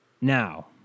now